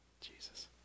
Jesus